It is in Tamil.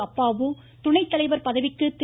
அப்பாவு துணைத்தலைவர் பதவிக்கு திரு